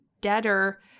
debtor